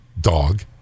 dog